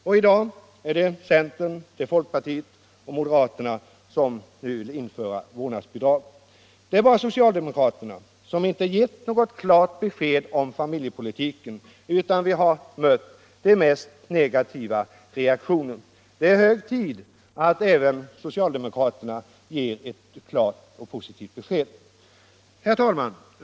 Också folkpartiet och moderaterna vill nu införa vårdnadsbidrag. Bara socialdemokraterna har inte givit något klart besked om familjepolitiken. Vi har endast mött de mest negativa reaktioner. Det är hög tid att även socialdemokraterna ger några positiva besked. Herr talman!